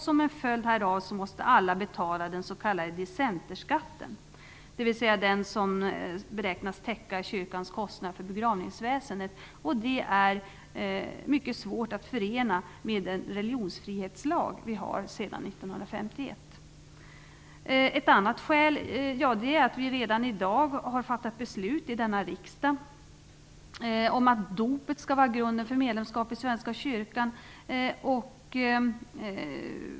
Som en följd härav måste alla betala den s.k. dissenterskatten, dvs. den skatt som beräknas täcka kyrkans kostnader för begravningsväsendet. Detta är mycket svårt att förena med den religionsfrihetslag vi har sedan 1951. Ett annat skäl är att vi redan i dag har fattat beslut i denna riksdag om att dopet skall vara grunden för medlemskap i Svenska kyrkan.